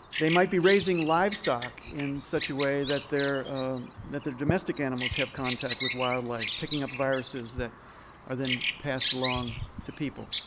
they might be raising livestock in such a way that their that their domestic animals have contact with wildlife, picking up viruses that are then passed along to people.